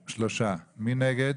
3. מי נגד?